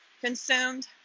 consumed